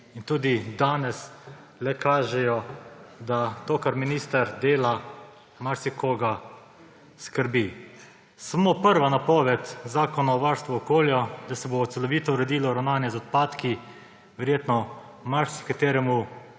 in tudi danes le kažejo, da to, kar minister dela, marsikoga skrbi. Samo prva napoved Zakona o varstvu okolja, da se bo celovito uredilo ravnanje z odpadki, verjetno marsikateremu